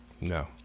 no